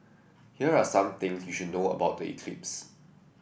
here are some things you should know about the eclipse